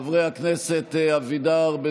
הישיבה העשרים-וארבע של הכנסת העשרים-וארבע